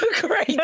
great